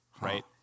right